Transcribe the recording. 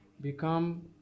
become